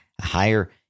higher